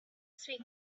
speak